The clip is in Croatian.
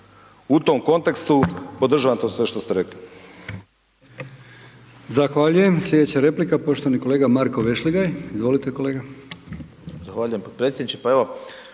U tom kontekstu podržavam to sve što ste rekli.